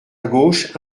gauche